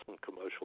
commercial